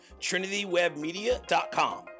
trinitywebmedia.com